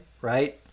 right